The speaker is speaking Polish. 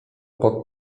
pod